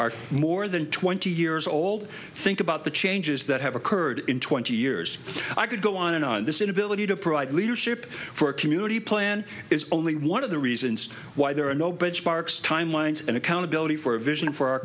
are more than twenty years old think about the changes that have occurred in twenty years i could go on and on this inability to provide leadership for a community plan is only one of the reasons why there are no budget parks timelines and accountability for vision